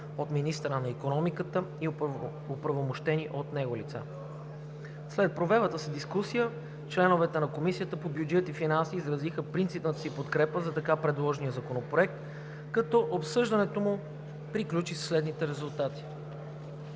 от министъра на икономиката и оправомощени от него лица. След провелата се дискусия членовете на Комисията по бюджет и финанси изразиха принципната си подкрепа за така предложения законопроект, като обсъждането му приключи със следните резултати: